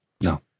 No